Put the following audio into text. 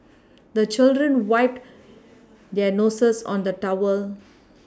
the children wipe their noses on the towel